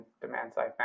demand-side